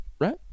right